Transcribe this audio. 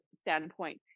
standpoint